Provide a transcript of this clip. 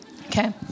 Okay